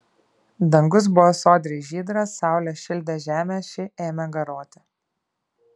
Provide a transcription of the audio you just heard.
dangus buvo sodriai žydras saulė šildė žemę ši ėmė garuoti